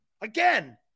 Again